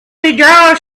withdraw